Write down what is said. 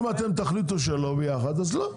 אם תחליטו שלא אז לא,